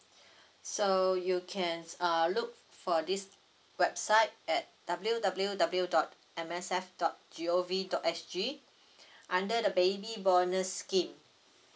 so you can err look for this website at W W W M S F dot G O V dot S G under the baby bonus scheme